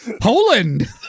Poland